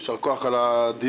יישר כוח על הדיון.